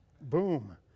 Boom